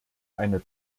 eine